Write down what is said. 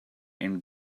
and